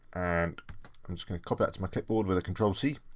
and i'm just gonna copy that to my clipboard with a control c,